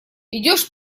идешь